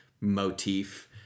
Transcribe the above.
motif